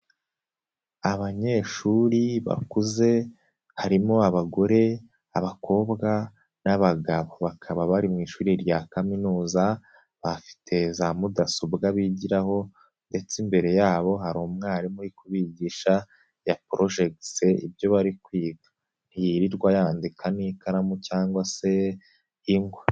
Abanyeshuri bakuze, harimo abagore abakobwa n'abagabo, bakaba bari mu ishuri rya kaminuza, bafite za mudasobwa bigiraho ndetse imbere yabo hari umwarimu kubigisha ya porojegise ibyo bari kwiga, ntiyirirwa yandika n'ikaramu cyangwa se ingwa.